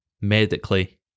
medically